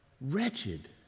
Wretched